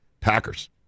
Packers